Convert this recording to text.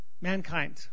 mankind